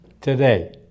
today